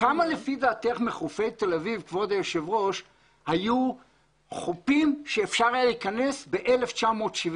כמה לפי דעתך מחופי תל אביב היו חופים שאפשר היה להיכנס ב-1971?